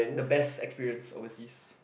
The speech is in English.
the best experience overseas